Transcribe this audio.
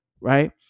right